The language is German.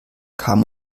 kam